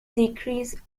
degrees